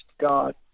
God